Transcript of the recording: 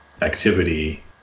activity